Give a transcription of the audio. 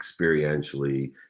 experientially